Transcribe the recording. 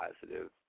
positive